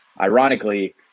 ironically